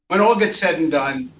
but all gets said and done,